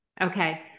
Okay